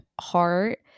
heart